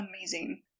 amazing